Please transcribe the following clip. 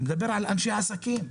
אני מדבר על אנשי עסקים.